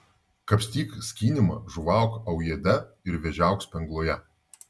kapstyk skynimą žuvauk aujėde ir vėžiauk spengloje